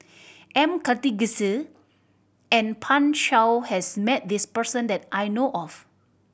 M Karthigesu and Pan Shou has met this person that I know of